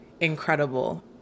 incredible